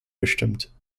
gestimmt